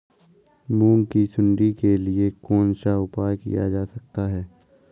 मूंग की सुंडी के लिए कौन सा उपाय किया जा सकता है?